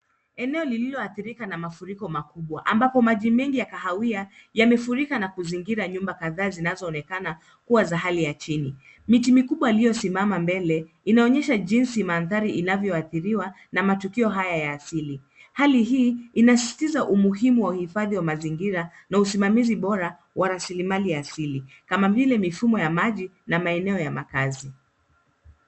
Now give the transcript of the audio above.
Eneo liloathirika na mafuriko makubwa, ambapo maji mengi ya kahawia yamefurika na kuzingira nyumba kadhaa zinazoonekana kuwa za hali ya chini. Miti mikubwa iliyosimama mbele inaonyesha jinsi mandhari inavyoathiriwa na matukio haya ya asili. Hali hii inasisitiza umuhimu wa uhifadhi wa mazingira na usimamizi bora wa rasilimali ya asili, kama vile mifumo ya maji na maeneo ya makazi.